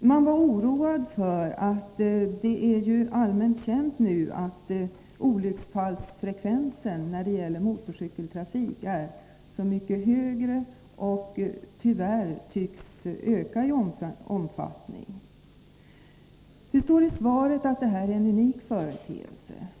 Man var oroad därför att det nu är allmänt känt att olycksfallsfrekvensen för motorcyklar är mycket högre än för andra fordon och även tycks öka i omfattning. Det står i svaret att detta är en unik företeelse.